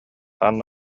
хаан